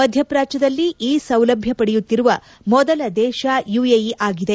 ಮಧ್ಯಪಾಚ್ಯದಲ್ಲಿ ಈ ಸೌಲಭ್ಯ ಪಡೆಯುತ್ತಿರುವ ಮೊದಲ ದೇಶ ಯುಎಇ ಆಗಿದೆ